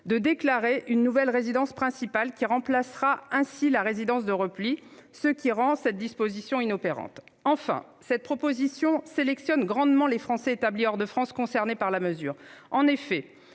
de déclarer une nouvelle résidence principale qui remplacera ainsi la résidence de repli. Cette disposition est donc inopérante. Enfin, cette proposition sélectionne grandement les Français établis hors de France concernés par la mesure. En effet,